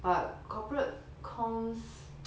but corporate comms